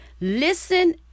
listen